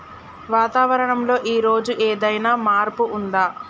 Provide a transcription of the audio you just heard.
వాతావరణం లో ఈ రోజు ఏదైనా మార్పు ఉందా?